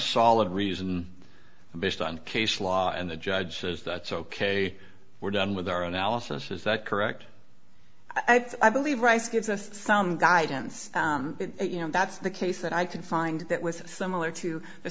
solid reason based on case law and the judge says that's ok we're done with our analysis is that correct i believe rice gives us some guidance you know that's the case that i can find that was similar to the